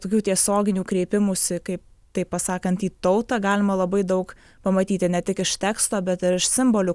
tokių tiesioginių kreipimųsi kaip taip pasakant į tautą galima labai daug pamatyti ne tik iš teksto bet ir iš simbolių